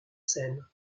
seine